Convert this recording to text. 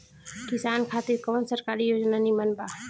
किसान खातिर कवन सरकारी योजना नीमन बा?